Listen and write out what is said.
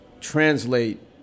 translate